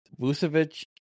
Vucevic